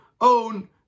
own